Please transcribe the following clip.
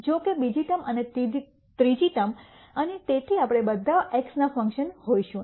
જો કે બીજી ટર્મ અને ત્રીજી ટર્મ અને તેથી આપણે બધા x નાં ફંક્શન હોઈશું